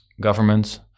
governments